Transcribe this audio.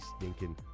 stinking